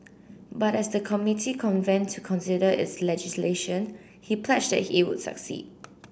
but as the committee convened to consider its legislation he pledged that it would succeed